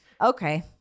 Okay